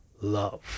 Love